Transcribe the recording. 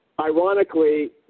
Ironically